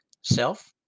Self